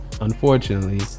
Unfortunately